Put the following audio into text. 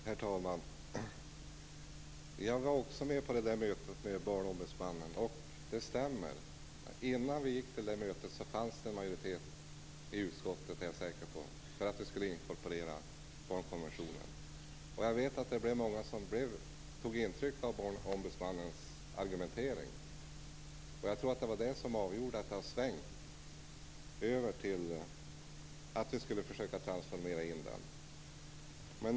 Herr talman! Jag var också med på mötet med Barnombudsmannen. Det stämmer. Innan vi gick till det mötet fanns det majoritet i utskottet för att vi skulle inkorporera barnkonventionen. Det är jag säker på. Jag vet att det var många som tog intryck av Barnombudsmannens argumentering. Jag tror att det var det som avgjorde att det har svängt över till att vi skall försöka transformera in den.